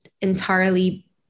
entirely